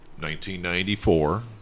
1994